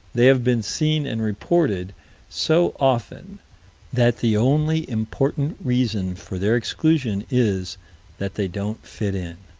they have been seen and reported so often that the only important reason for their exclusion is that they don't fit in.